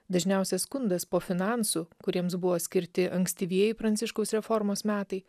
dažniausias skundas po finansų kuriems buvo skirti ankstyvieji pranciškaus reformos metai